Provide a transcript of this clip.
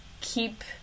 keep